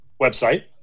website